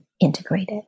integrated